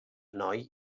noi